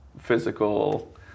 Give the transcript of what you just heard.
physical